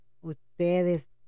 ustedes